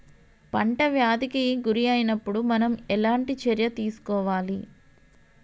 పంట వ్యాధి కి గురి అయినపుడు మనం ఎలాంటి చర్య తీసుకోవాలి?